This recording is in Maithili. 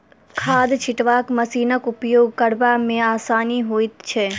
खाद छिटबाक मशीनक उपयोग करबा मे आसानी होइत छै